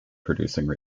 producing